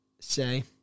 say